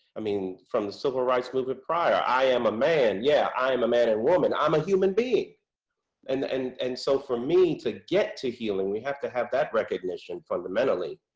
i mean from the civil rights movement prior, i am a man, yeah, i am a man and woman, i'm a human being and and and so for me to get to healing we have to have that recognition fundamentally,